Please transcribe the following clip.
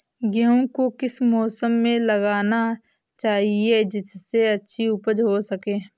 गेहूँ को किस मौसम में लगाना चाहिए जिससे अच्छी उपज हो सके?